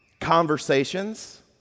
Conversations